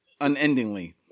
unendingly